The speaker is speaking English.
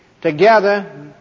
Together